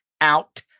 out